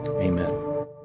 Amen